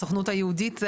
בסוכנות היהודית,